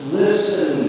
listen